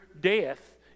death